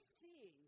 see